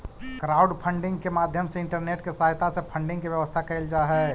crowdfunding के माध्यम से इंटरनेट के सहायता से फंडिंग के व्यवस्था कैल जा हई